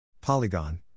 Polygon